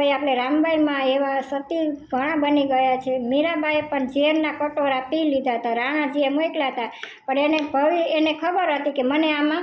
કોઈ આપણે રામબાઈમાં એવા સ્ત્રી સતી ઘણાં બની ગયાં છે મીરાંબાઈ પણ ઝેરના કટોરા પી લીધાં હતાં રાણાજીએ મોકલ્યા હતા પણ એને ભલે એને ખબર હતી કે મને આમાં